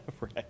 Right